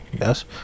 yes